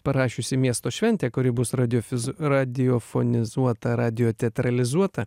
parašiusi miesto šventę kuri bus radiofiz radiofonizuota radiotatralizuota